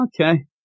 Okay